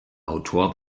autor